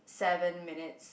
seven minutes